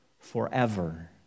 forever